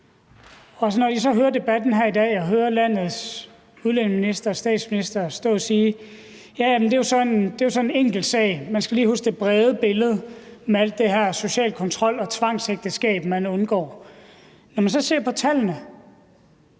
Og I hører så debatten her i dag og hører landets udlændingeminister og statsminister stå og sige, at ja, ja, men det er jo så en enkeltsag, og at man lige skal huske det brede billede med alt det her social kontrol og tvangsægteskab, man undgår. Når man så ser på tallene,